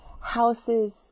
houses